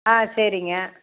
ஆ சரிங்க